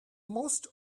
most